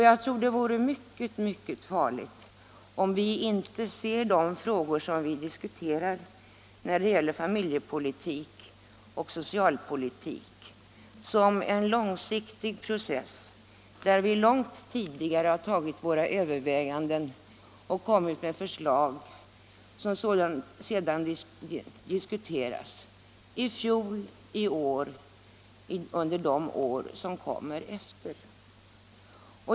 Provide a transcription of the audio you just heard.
Jag tror det vore mycket farligt om vi inte ser de frågor som vi diskuterar när det gäller familjepolitik och socialpolitik som en långsiktig process, där vi långt tidigare gjort våra överväganden och kommit med förslag som sedan diskuteras — i fjol, i år, och under de år som kommer.